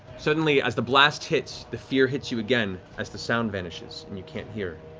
suddenly as the blast hits, the fear hits you again as the sound vanishes and you can't hear.